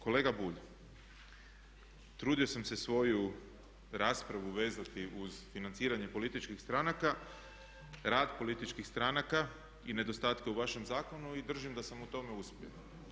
Kolega Bulj trudio sam se svoju raspravu vezati uz financiranje političkih stranaka, rad političkih stranaka i nedostatke u vašem zakonu i držim da sam u tome uspio.